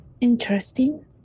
Interesting